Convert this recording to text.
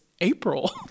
April